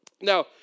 Now